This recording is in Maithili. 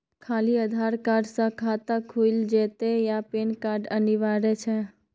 खाली आधार कार्ड स खाता खुईल जेतै या पेन कार्ड अनिवार्य छै?